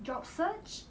job search